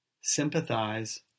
sympathize